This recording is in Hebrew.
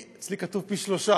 פי, אצלי כתוב פי שלושה.